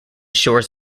shores